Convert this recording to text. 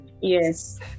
Yes